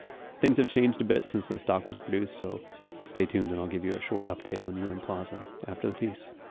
things have changed a bit since this doc was produced, so stay tuned and i'll give you a short update on un plaza after the piece.